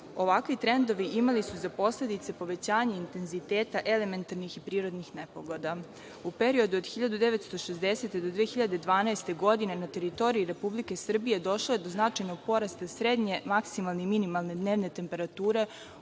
Ovakvi trendovi imali su za posledicu povećanje intenziteta elementarnih i prirodnih nepogoda.U periodu od 1960. do 2012. godine na teritoriji Republike Srbije došlo je do značajnog porasta srednje maksimalne i minimalne dnevne temperature